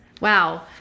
Wow